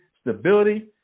stability